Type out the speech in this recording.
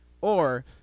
Or-